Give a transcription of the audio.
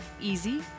easy